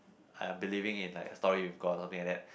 I'm believing in like a story with God something like that